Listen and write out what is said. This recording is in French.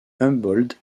humboldt